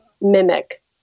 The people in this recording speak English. mimic